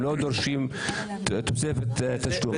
הם לא דורשים תוספת תשלום,